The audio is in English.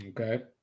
Okay